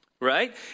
right